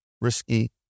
risky